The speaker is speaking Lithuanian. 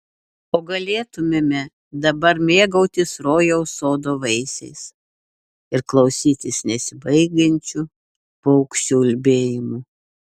o galėtumėme dabar mėgautis rojaus sodo vaisiais ir klausytis nesibaigiančių paukščių ulbėjimų